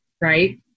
right